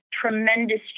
tremendous